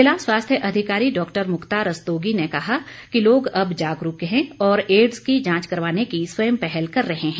जिला स्वास्थ्य अधिकारी डॉक्टर मुक्ता रस्तोगी ने कहा कि लोग अब जागरूक है और एडस की जांच करवाने की स्वयं पहल कर रहे हैं